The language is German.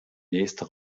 nächste